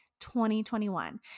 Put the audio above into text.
2021